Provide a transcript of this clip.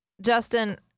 Justin